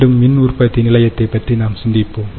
மீண்டும் மின் உற்பத்தி நிலையத்தை பற்றி நாம் சிந்திப்போம்